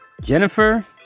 Jennifer